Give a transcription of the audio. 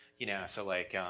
you know, so like,